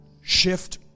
shift